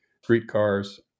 streetcars